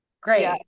great